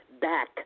back